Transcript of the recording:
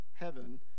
heaven